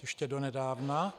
Ještě donedávna.